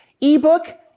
eBook